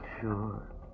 Sure